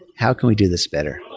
how can we do this better?